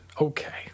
okay